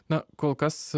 na kol kas